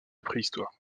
préhistoire